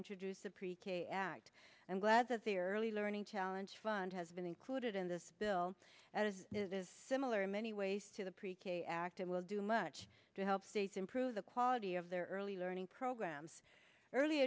introduced a pre k act i'm glad that the early learning challenge fund has been included in this bill that is similar in many ways to the pre k act and will do much to help states improve the quality of their early learning programs early